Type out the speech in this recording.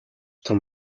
том